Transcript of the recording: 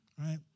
Right